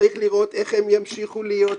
צריך לראות איך הם ימשיכו להיות,